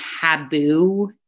taboo